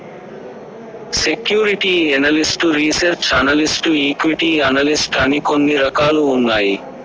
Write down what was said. security analyst research analyst equity analyst అని కొన్ని రకాలు ఉన్నాయి